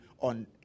on